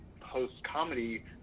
post-comedy